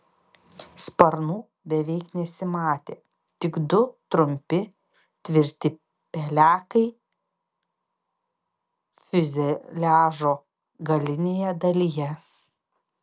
sparnų beveik nesimatė tik du trumpi tvirti pelekai fiuzeliažo galinėje dalyje